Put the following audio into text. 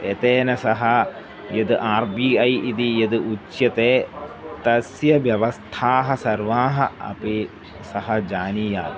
येन सह यद् आर् बी ऐ इति यद् उच्यते तस्य व्यवस्थाः सर्वाः अपि सः जानीयात्